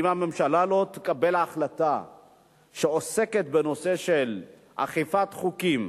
אם הממשלה לא תקבל החלטה שעוסקת בנושא של אכיפת חוקים,